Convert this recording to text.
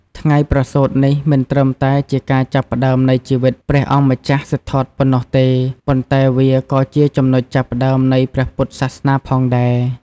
ថ្ងៃប្រសូតនេះមិនត្រឹមតែជាការចាប់ផ្ដើមនៃជីវិតព្រះអង្គម្ចាស់សិទ្ធត្ថប៉ុណ្ណោះទេ ប៉ុន្តែវាក៏ជាចំណុចចាប់ផ្ដើមនៃព្រះពុទ្ធសាសនាផងដែរ។